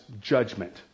judgment